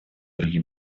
другим